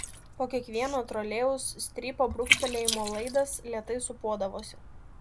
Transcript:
po kiekvieno trolėjaus strypo brūkštelėjimo laidas lėtai sūpuodavosi